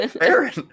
Aaron